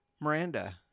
Miranda